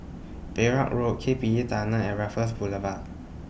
Perak Road K P E Tunnel and Raffles Boulevard